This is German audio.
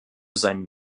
sein